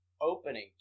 opening